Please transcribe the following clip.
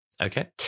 Okay